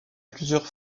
plusieurs